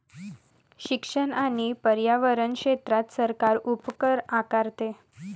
शिक्षण आणि पर्यावरण क्षेत्रात सरकार उपकर आकारते